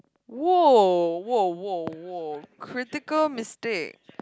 !woah! !woah! !woah! !woah! critical mistake